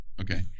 okay